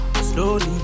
Slowly